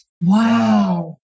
wow